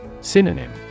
Synonym